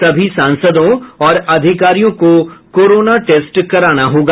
सभी सांसदों और अधिकारियों को कोरोना टेस्ट कराना होगा